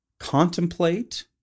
contemplate